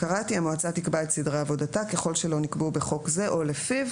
המועצה תקבע את סדרי עבודתה ככל שלא נקבעו בחוק זה או לפיו.